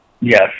yes